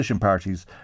Parties